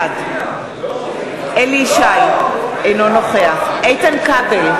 בעד אליהו ישי, אינו נוכח איתן כבל,